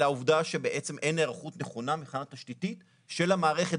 אלא העובדה שבעצם אין היערכות נכונה מבחינה תשתיתית של המערכת,